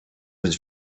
was